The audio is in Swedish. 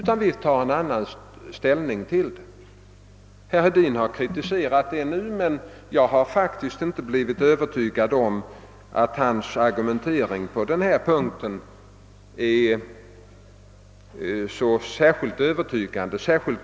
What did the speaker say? Herr Hedin har nu kritiserat detta, men jag har inte blivit övertygad om att hans argumentering på den punkten är särskilt hållbar.